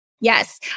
Yes